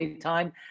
time